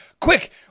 Quick